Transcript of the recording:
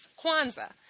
Kwanzaa